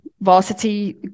varsity